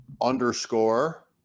underscore